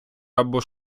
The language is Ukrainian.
або